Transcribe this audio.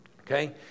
Okay